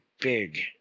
Big